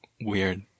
weird